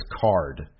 card